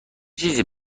چیزی